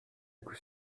coup